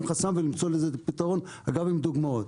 חסם ולמצוא לזה פתרון וגם עם דוגמאות.